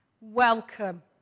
welcome